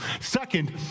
Second